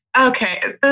Okay